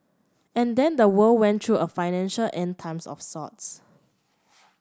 and then the world went through a financial End Times of sorts